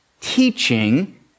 teaching